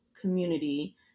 community